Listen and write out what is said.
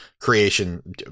creation